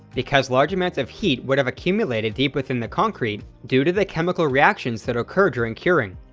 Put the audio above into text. because large amounts of heat would have accumulated deep within the concrete due to the chemical reactions that occur during curing.